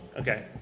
Okay